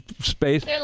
space